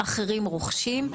אחרים רוכשים.